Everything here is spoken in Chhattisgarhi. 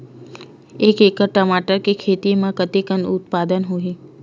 एक एकड़ टमाटर के खेती म कतेकन उत्पादन होही?